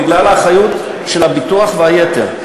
בגלל האחריות של הביטוח והיתר.